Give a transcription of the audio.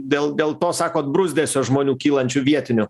dėl dėl to sakote bruzdesio žmonių kylančių vietinių